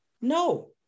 No